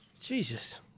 Jesus